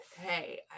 hey